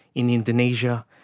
in indonesia,